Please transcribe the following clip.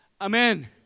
Amen